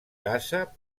casa